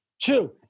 Two